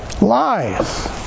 lies